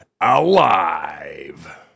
Alive